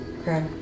okay